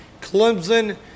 Clemson